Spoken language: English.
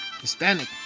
Hispanic